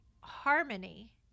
harmony